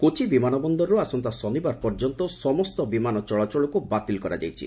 କୋଚି ବିମାନବନ୍ଦରରୁ ଆସନ୍ତା ଶନିବାର ପର୍ଯ୍ୟନ୍ତ ସମସ୍ତ ବିମାନ ଚଳାଚଳକୁ ବାତିଲ କରାଯାଇଛି